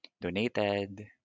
donated